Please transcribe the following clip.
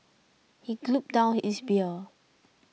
he gulped down his beer